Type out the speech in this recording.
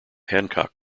hancock